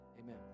Amen